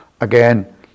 again